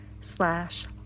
slash